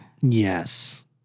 Yes